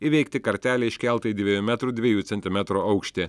įveikti kartelę iškeltą į dviejų metrų dviejų centimetrų aukštį